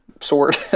sword